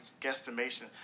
guesstimation